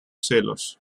celos